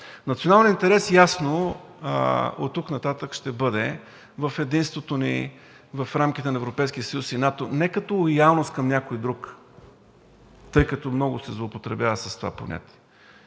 Националният интерес ясно оттук нататък ще бъде в единството ни в рамките на Европейския съюз и НАТО – не като лоялност към някой друг, тъй като много се злоупотребява в това понятие,